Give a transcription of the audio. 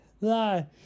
lie